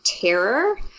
terror